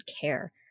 care